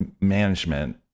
management